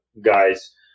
guys